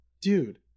dude